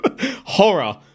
Horror